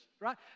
right